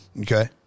Okay